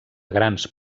grans